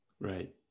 Right